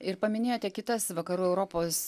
ir paminėjote kitas vakarų europos